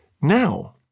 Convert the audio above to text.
Now